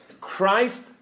Christ